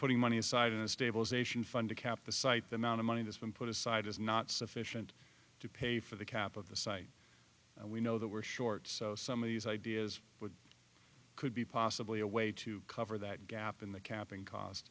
putting money aside in a stabilization fund to cap the site the amount of money that's been put aside is not sufficient to pay for the cap of the site and we know that we're short so some of these ideas were could be possibly a way to cover that gap in the cap in cost